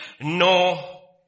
no